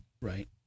Right